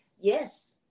Yes